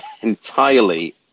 entirely